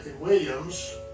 Williams